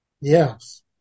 Yes